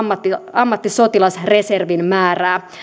ammattisotilasreservin määrää